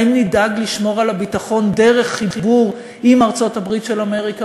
האם נדאג לשמור על הביטחון דרך חיבור עם ארצות-הברית של אמריקה,